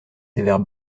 sévère